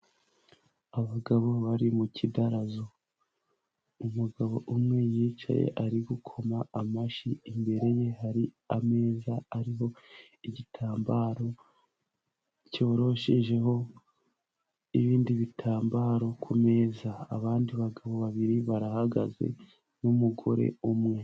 Abagabo bari mu kidarazo. Umugabo umwe yicaye ari gukoma amashyi, imbere ye hari ameza ariho igitambaro cyoroshejeho ibindi bitambaro ku meza, abandi bagabo babiri barahagaze n'umugore umwe.